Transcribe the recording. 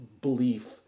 belief